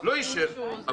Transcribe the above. בסדר.